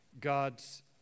God's